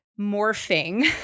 morphing